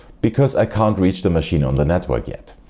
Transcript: bacause i can't reach the machine on the network yet.